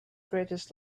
greatest